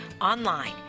online